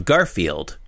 Garfield